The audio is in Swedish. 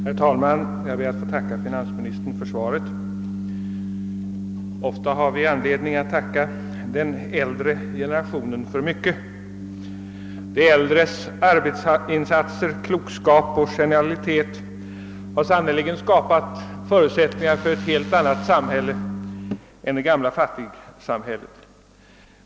Herr talman! Jag ber att få tacka finansministern för svaret. Ofta har vi anledning att tacka den äldre generationen för mycket. De äldres arbetsinsatser, klokskap och genialitet har sannerligen skapat förutsättningar för ett helt annat samhälle än det gamla fattigsamhället.